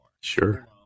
sure